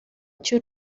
cy’u